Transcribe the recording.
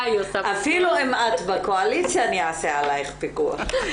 אפילו אם את בקואליציה אני אעשה עליך פיקוח.